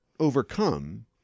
overcome